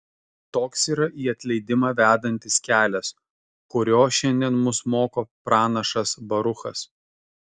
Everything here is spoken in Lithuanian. toks yra į atleidimą vedantis kelias kurio šiandien mus moko pranašas baruchas